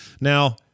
Now